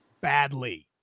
badly